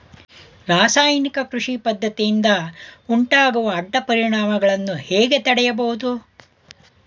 ರಾಸಾಯನಿಕ ಕೃಷಿ ಪದ್ದತಿಯಿಂದ ಉಂಟಾಗುವ ಅಡ್ಡ ಪರಿಣಾಮಗಳನ್ನು ಹೇಗೆ ತಡೆಯಬಹುದು?